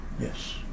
Yes